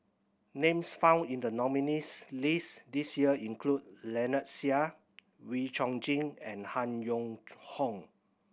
names found in the nominees' list this year include Lynnette Seah Wee Chong Jin and Han Yong Hong